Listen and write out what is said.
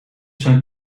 zijn